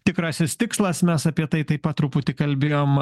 tikrasis tikslas mes apie tai taip pat truputį kalbėjom